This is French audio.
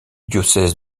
diocèse